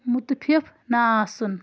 مُتفِف نہٕ آسُن